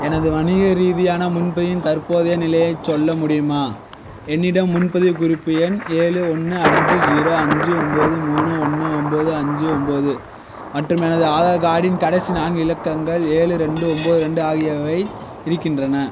எனது வணிக ரீதியான முன்பதிவின் தற்போதைய நிலையைச் சொல்ல முடியுமா என்னிடம் முன்பதிவு குறிப்பு எண் ஏழு ஒன்று அஞ்சு ஜீரோ அஞ்சு ஒம்பது மூணு ஒன்று ஒம்பது அஞ்சு ஒம்பது மற்றும் எனது ஆதார் கார்டின் கடைசி நான்கு இலக்கங்கள் ஏழு ரெண்டு ஒம்பது ரெண்டு ஆகியவை இருக்கின்றன